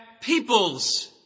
peoples